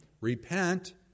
Repent